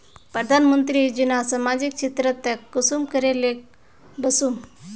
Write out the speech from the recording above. प्रधानमंत्री योजना सामाजिक क्षेत्र तक कुंसम करे ले वसुम?